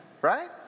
Right